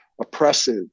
oppressive